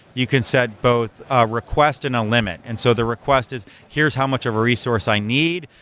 you can set both ah request and a limit, and so the request is, here's how much of a resource i need.